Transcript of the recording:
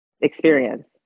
experience